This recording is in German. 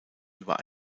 über